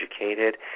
educated